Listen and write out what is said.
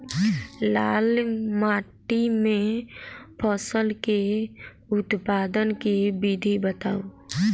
लाल माटि मे फसल केँ उत्पादन केँ विधि बताऊ?